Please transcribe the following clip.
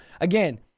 again